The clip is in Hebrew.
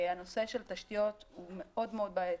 הנושא של תשתיות הוא מאוד מאוד בעייתי,